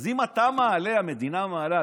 אז אם אתה מעלה, המדינה מעלה.